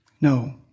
No